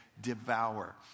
devour